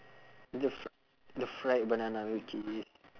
the fri~ the fried banana with cheese